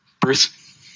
Bruce